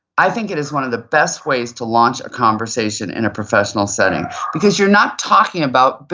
i think it is one of the best ways to launch a conversation in a professional setting because you're not talking about,